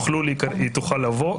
היא תוכל לבוא איתו.